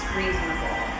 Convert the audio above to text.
reasonable